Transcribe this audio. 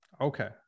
Okay